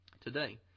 today